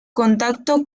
contacto